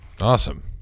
Awesome